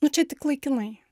nu čia tik laikinai